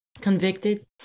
convicted